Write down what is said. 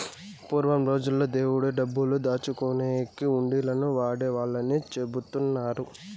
పూర్వం రోజుల్లో దేవుడి డబ్బులు దాచుకునేకి హుండీలను వాడేవాళ్ళని చెబుతున్నారు